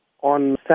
on